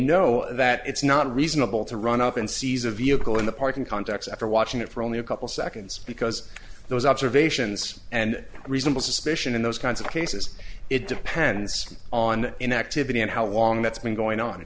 know that it's not reasonable to run up and seize a vehicle in the parking context after watching it for only a couple seconds because those observations and reasonable suspicion in those kinds of cases it depends on an activity and how long that's been going on